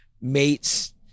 mates